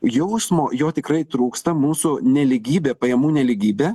jausmo jo tikrai trūksta mūsų nelygybė pajamų nelygybė